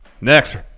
Next